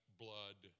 blood